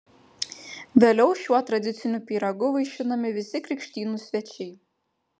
vėliau šiuo tradiciniu pyragu vaišinami visi krikštynų svečiai